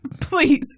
please